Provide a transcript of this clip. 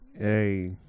hey